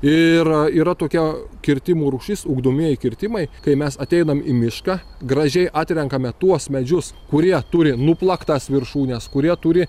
ir yra tokia kirtimų rūšis ugdomieji kirtimai kai mes ateinam į mišką gražiai atrenkame tuos medžius kurie turi nuplaktas viršūnes kurie turi